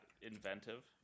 inventive